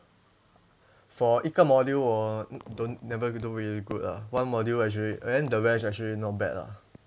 for 一个 module 我 don't never do really good ah one module actually then the rest actually not bad lah